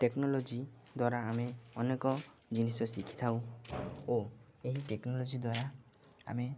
technology ଦ୍ୱାରା ଆମେ ଅନେକ ଜିନିଷ ଶିଖିଥାଉ ଓ ଏହି ଟେକ୍ନୋଲୋଜି ଦ୍ୱାରା ଆମେ